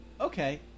Okay